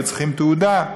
היו צריכים תעודה.